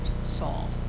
Saul